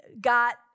got